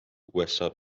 usa